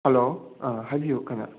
hello ꯑꯥ ꯍꯥꯏꯕꯤꯌꯨ ꯀꯅꯥ